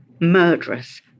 murderous